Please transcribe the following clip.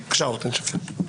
בבקשה, תמשיך.